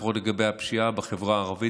לפחות לגבי הפשיעה בחברה הערבית,